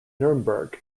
nuremberg